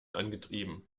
angetrieben